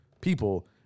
people